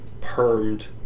permed